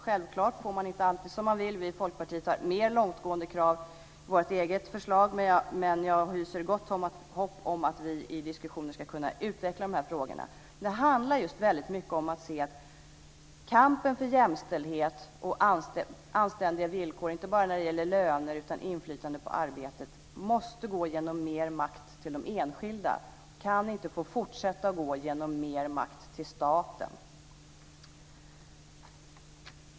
Självklart får man inte alltid som man vill. Vi i Folkpartiet har mer långtgående krav i vårt eget förslag, men jag hyser gott hopp om att vi i diskussioner ska kunna utveckla dessa frågor. Det handlar väldigt mycket om att se att kampen för jämställdhet och anständiga villkor inte bara när det gäller löner utan också inflytande på arbetet måste gå genom mer makt till de enskilda. Den kan inte få fortsätta att gå genom mer makt till staten.